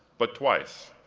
but twice.